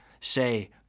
say